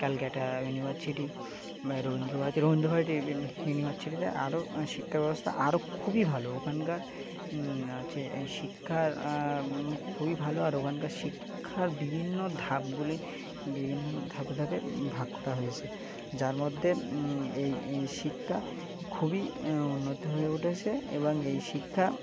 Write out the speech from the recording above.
Calcutta university বা রবীন্দ্রভারতী ইউনিভার্সিটিতে আরও শিক্ষাব্যবস্থা আরও খুবই ভালো ওখানকার আছে শিক্ষার খুবই ভালো আর ওখানকার শিক্ষার বিভিন্ন ধাপগুলি বিভিন্ন ধাপে ধাপে ভাগ্য হয়েছে যার মধ্যে এই এই শিক্ষা খুবই উন্নতি হয়ে উঠেছে এবং এই শিক্ষা